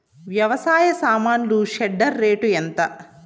వ్యవసాయ సామాన్లు shredder rate ఎంత?